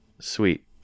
sweet